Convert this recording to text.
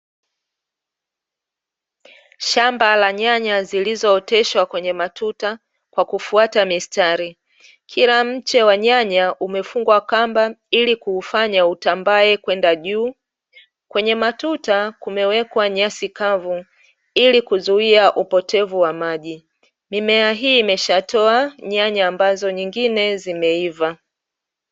Shamba la nyanya zililooteshwa kwenye matuta kwa kufata mistari, kila mche wa nyanya umefungwa kamba ilikuufanya utambae kwenda juu. Kwenye matuta kumewekwa nyasi kavu ili kuzuia upotevu wa maji, mimea imeshatoa nyanya ambazo nyingine zimeiva.